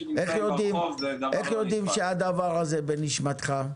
איך יודעים שהדבר הזה בנשמתך,